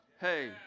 Hey